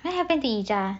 what happen to ija